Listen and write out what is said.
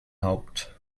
haupt